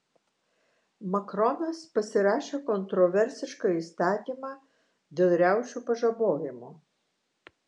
makronas pasirašė kontroversišką įstatymą dėl riaušių pažabojimo